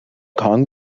kong